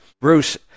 Bruce